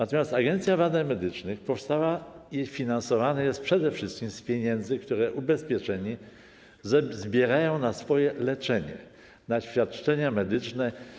Agencja Badań Medycznych finansowana jest przede wszystkim z pieniędzy, które ubezpieczeni zbierają na swoje leczenie, na świadczenia medyczne.